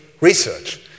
research